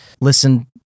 listen